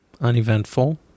Uneventful